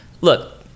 look